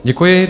Děkuji.